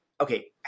okay